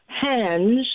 hands